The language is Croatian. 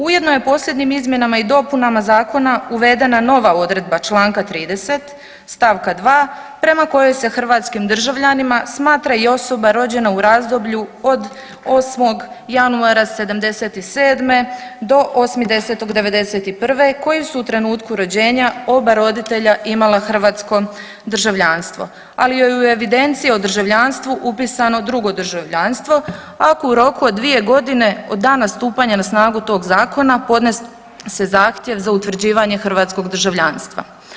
Ujedno je posljednjim izmjenama i dopunama zakona uvedena nova odredba čl. 30. st. 2. prema kojoj se hrvatskim državljanima smatra i osoba rođena u razdoblju od 8. januara '77. do 8.10.'91. koji su u trenutku rođenja oba roditelja imala hrvatsko državljanstvo, ali joj je u evidenciji o državljanstvu upisano drugo državljanstvo ako u roku od 2.g. od dana stupanja na snagu tog zakona podnese zahtjev za utvrđivanje hrvatskog državljanstva.